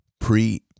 pre